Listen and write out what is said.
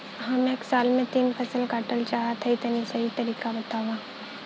हम एक साल में तीन फसल काटल चाहत हइं तनि सही तरीका बतावा?